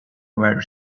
wearing